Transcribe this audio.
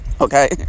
okay